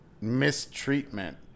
mistreatment